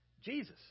Jesus